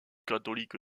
catholique